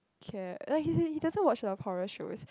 care like he he doesn't watch the horror shows